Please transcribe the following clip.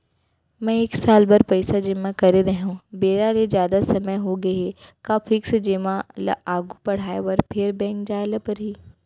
मैं एक साल बर पइसा जेमा करे रहेंव, बेरा ले जादा समय होगे हे का फिक्स जेमा ल आगू बढ़ाये बर फेर बैंक जाय ल परहि?